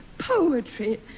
Poetry